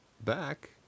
back